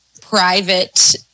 private